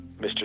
Mr